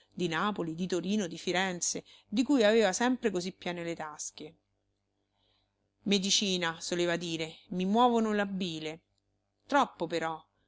di napoli di torino di firenze di cui aveva sempre così piene le tasche medicina soleva dire i muovono la bile troppo però